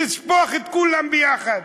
נשפוך את כולם יחד.